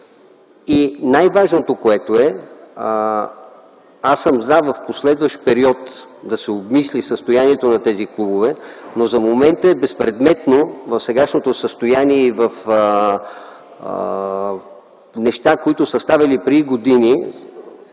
И най-важното: аз съм „за” в последващ период да се обмисли състоянието на тези клубове. За момента е безпредметно. В сегашното състояние и за неща, които са ставали преди години,